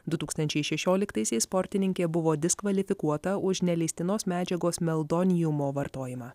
du tūkstančiai šešioliktaisiais sportininkė buvo diskvalifikuota už neleistinos medžiagos meldoniumo vartojimą